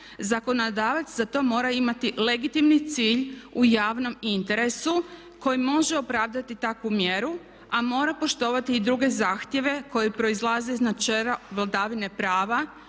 zakonodavac za to mora imati legitimni cilj u javnom interesu koji može opravdati takvu mjeru, a mora poštovati i druge zahtjeve koji proizlaze iz načela vladavine prava,